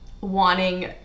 wanting